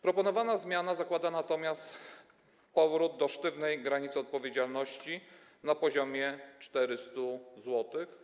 Proponowana zmiana zakłada natomiast powrót do sztywnej granicy odpowiedzialności na poziomie 400 zł.